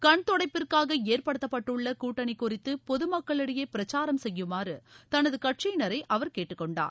கண்துடைப்பிற்காக ஏற்படுத்தப்பட்டுள்ள கூட்டணி குறித்து பொதுமக்களிடையே பிரச்சாரம் செய்யுமாறு தனது கட்சியினரை அவர் கேட்டுக் கொண்டார்